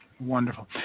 Wonderful